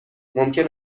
ممکن